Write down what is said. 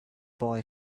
boy